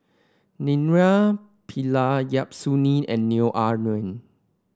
Naraina Pillai Yap Su Yin and Neo Ah Luan